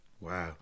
Wow